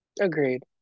Agreed